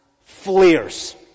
flares